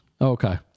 Okay